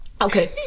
okay